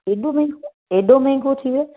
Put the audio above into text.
एॾो रेट एॾो महांगो थी वियो आहे